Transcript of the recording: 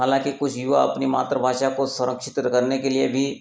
हालाँकि कुछ युवा अपनी मातृभाषा को सुरक्षित करने के लिए भी